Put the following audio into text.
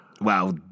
Wow